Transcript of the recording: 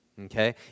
okay